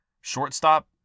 shortstop